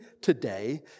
today